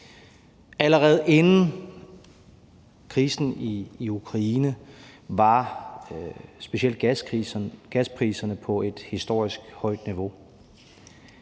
Allerede inden krisen i Ukraine var specielt gaspriserne på et historisk højt niveau.